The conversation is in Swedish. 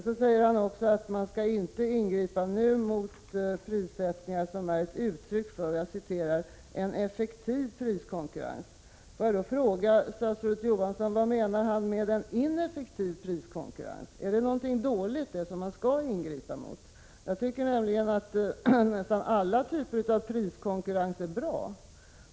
Sedan säger han att man inte skall ingripa nu mot prissättningar som är uttryck för ”en effektiv priskonkurrens”. Får jag fråga vad han menar med en ineffektiv priskonkurrens? Är det någonting dåligt som man skall ingripa mot? Jag tycker att alla typer av priskonkurrens är bra.